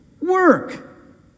work